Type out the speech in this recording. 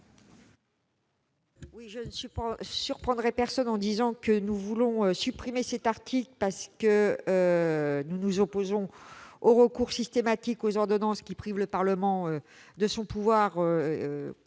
Je ne surprendrai personne en disant que nous souhaitons supprimer cet article parce que nous nous opposons au recours systématique aux ordonnances, qui prive le Parlement de son pouvoir